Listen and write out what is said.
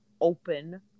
open